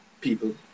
people